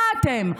מה אתם?